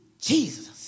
Jesus